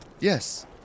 Yes